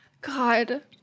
God